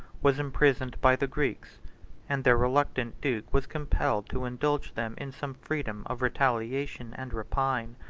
was imprisoned by the greeks and their reluctant duke was compelled to indulge them in some freedom of retaliation and rapine.